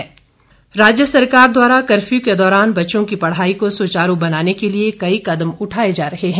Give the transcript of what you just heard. शिक्षा प्रबंध राज्य सरकार द्वारा कर्फ्यू के दौरान बच्चों की पढ़ाई को सुचारू बनाने के लिये कई कदम उठाए जा रहे हैं